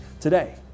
today